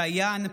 דיין,